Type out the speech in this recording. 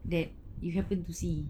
that you happen to see